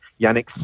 Yannick